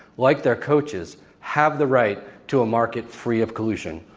like their coaches, have the right to a market free of collusion,